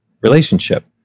relationship